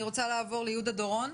אני רוצה לעבור ליהודה דורון.